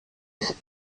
ist